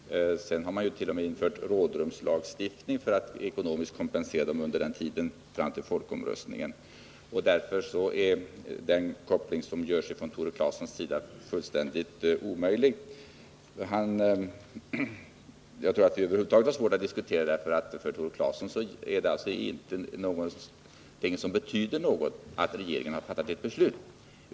Sedan har man t.o.m. infört rådrumslagstiftning för att ekonomiskt kompensera dem under tiden fram till folkomröstningen. Därför är den koppling som Tore Claeson gör fullständigt omöjlig. Jag tror att vi över huvud taget har svårt att diskutera, eftersom det för Tore Claeson inte betyder någonting att regeringen har fattat ett beslut.